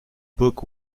book